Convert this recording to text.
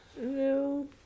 no